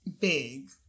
big